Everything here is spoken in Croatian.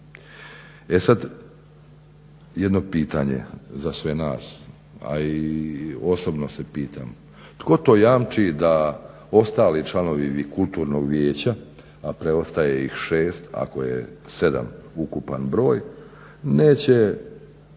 E sada jedno pitanje za sve nas a i osobno se pitam, tko to jamči da ostali članovi kulturnog vijeća a preostaje ih 6, ako je 7 ukupan neće